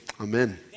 Amen